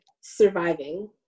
surviving